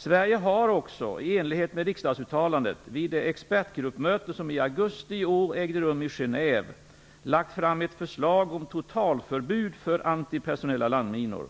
Sverige har också - i enlighet med riksdagsuttalandet - vid det expertgruppmöte som i augusti i år ägde rum i Genève lagt fram ett förslag om totalförbud för antipersonella landminor.